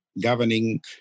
governing